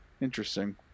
Interesting